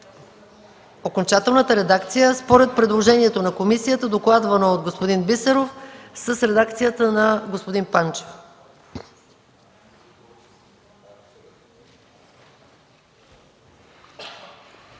Окончателната редакция според предложението на комисията, докладвана от господин Бисеров, с редакцията на господин Панчев.